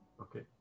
okay